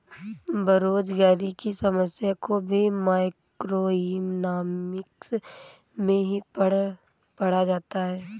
बेरोजगारी की समस्या को भी मैक्रोइकॉनॉमिक्स में ही पढ़ा जाता है